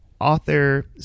author